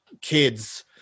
kids